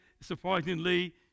surprisingly